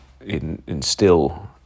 instill